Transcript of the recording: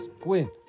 Gwyn